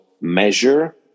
measure